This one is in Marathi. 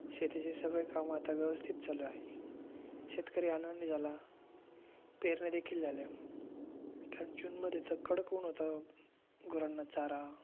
शेतीची सगळी कामं आता व्यवस्थित चालू आहेत शेतकरी आनंदी झाला पेरणीदेखील झाल्या थं जूनमध्ये तर कडक ऊन होता गुरांना चारा